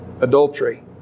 adultery